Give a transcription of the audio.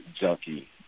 junkie